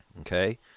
Okay